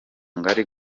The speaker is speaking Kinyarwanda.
ngali